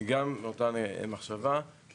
גם אותה מחשבה,